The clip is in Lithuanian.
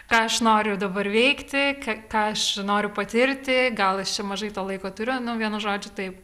ką aš noriu dabar veikti ką aš noriu patirti gal aš čia mažai to laiko turiu nu vienu žodžiu taip